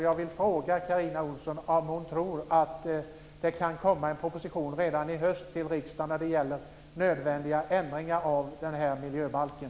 Jag vill fråga Carina Ohlsson om hon tror att det kan komma en proposition till riksdagen redan i höst gällande nödvändiga ändringar av den här miljöbalken.